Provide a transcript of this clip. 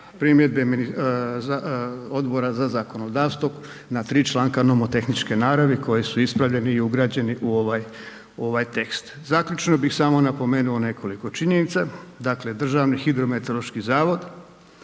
primjedbe Odbora za zakonodavstvo na tri članka nomotehničke naravi koje su ispravljene i ugrađene u ovaj tekst. Zaključno bih samo napomenuo nekoliko činjenica, dakle DHMZ trenutno skrbi o